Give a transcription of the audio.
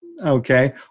Okay